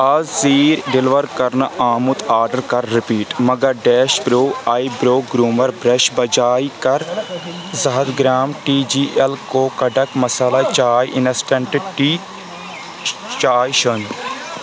آز ژیٖرۍ ڈیلیور کرنہٕ آمُت آرڈر کر رِپیٖٹ مگر dash pro eyebrow groomer brush بجاے کر زٟ ہَتھ گرٛام ٹی جی ایٚل کو کٹر مسالہٕ چاے اِنسٹنٛٹ ٹی چاے شٲمِل